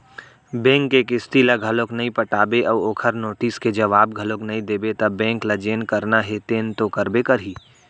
bank के किस्ती ल घलोक नइ पटाबे अउ ओखर नोटिस के जवाब घलोक नइ देबे त बेंक ल जेन करना हे तेन तो करबे करही